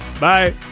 Bye